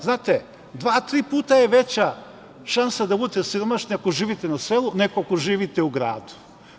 Znate, dva, tri puta je veća šansa da budete siromašni ako živite na selu, nego ako živite u gradu.